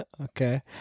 Okay